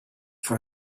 for